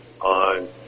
on